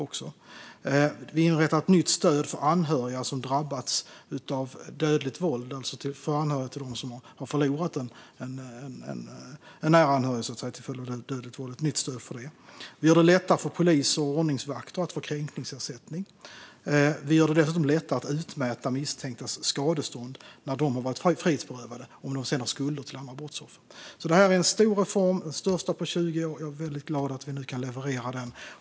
Vi inrättar även ett nytt stöd för dem som har förlorat en nära anhörig genom dödligt våld. Vi gör det lättare för poliser och ordningsvakter att få kränkningsersättning, och vi gör det lättare att utmäta misstänktas skadestånd när de har varit frihetsberövade om de har skulder till andra brottsoffer. Det här en stor reform, och jag är som sagt väldigt glad över att vi kan leverera den.